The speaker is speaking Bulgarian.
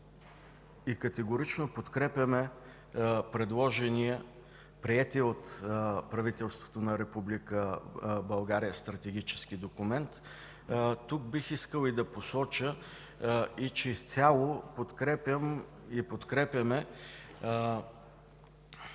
и категорично подкрепяме приетия и предложен от правителството на Република България стратегически документ. Тук бих искал да посоча и че изцяло подкрепяме